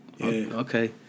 okay